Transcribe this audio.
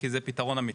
כי זה פתרון אמיתי.